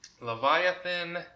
Leviathan